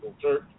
church